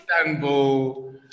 Istanbul